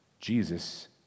Jesus